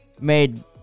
made